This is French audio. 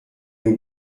nous